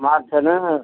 मार्च है न